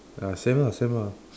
ya same lah same lah